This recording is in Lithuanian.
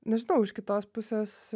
nežinau iš kitos pusės